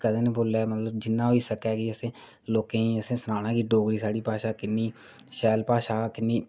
कदें निं भुल्ले जिन्ना होई सकै लोकें गी असें सनाना की डोगरी साढ़ी भाशा किन्नी शैल भाशा किन्नी